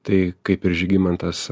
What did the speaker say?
tai kaip ir žygimantas